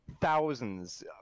thousands